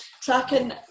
tracking